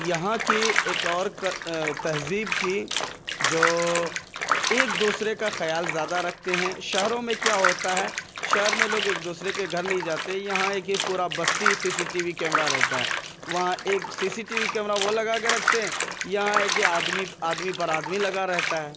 یہاں کے ایک اور تہذیب کی جو ایک دوسرے کا خیال زیادہ رکھتے ہیں شہروں میں کیا ہوتا ہے شہر میں لوگ ایک دوسرے کے گھر نہیں جاتے یہاں یہ ہے کہ پورا بستی C C T V camera رہتا ہے وہاں ایک C C T V camera وہ لگا کے رکھتے ہیں یہاں یہ ہے کہ آدمی آدمی پر آدمی لگا رہتا ہے